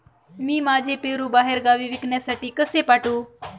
मी माझे पेरू बाहेरगावी विकण्यासाठी कसे पाठवू?